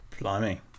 blimey